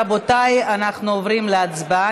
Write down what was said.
רבותיי, אנחנו עוברים להצבעה.